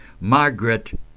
Margaret